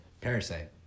Parasite